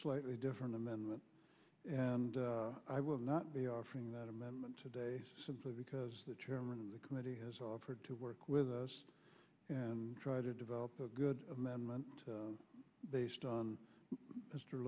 slightly different amendment and i will not be offering that amendment today simply because the chairman of the committee has offered to work with us and try to develop a good amendment based on